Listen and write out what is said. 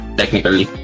technically